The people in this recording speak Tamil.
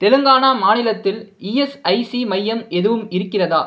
தெலுங்கானா மாநிலத்தில் இஎஸ்ஐசி மையம் எதுவும் இருக்கிறதா